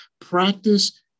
practice